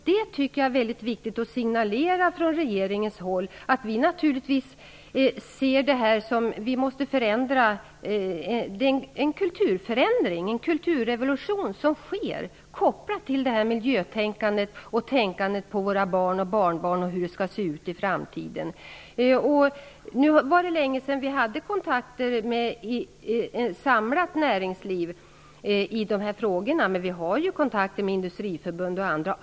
Jag tycker att det är viktigt att regeringen signalerar att vi anser att det är fråga om en kulturrevolution kopplad till miljötänkandet, barnen, barnbarnen och framtiden. Nu var det länge sedan vi hade kontakter i dessa frågor med ett samlat näringsliv. Men vi har kontakter med t.ex. Industriförbundet.